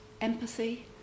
empathy